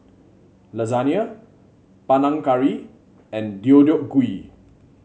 Lasagna Panang Curry and Deodeok Gui